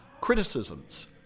criticisms